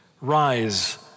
Rise